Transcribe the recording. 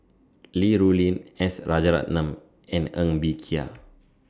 Li Rulin S Rajaratnam and Ng Bee Kia